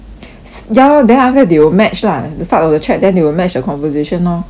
ya lor then after that they will match lah the start of the chat then they will match the conversation orh from there